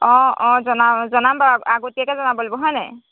অঁ অঁ জনাম বাৰু আগতীয়াকৈ জনাব লাগিব হয় নাই